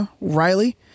Riley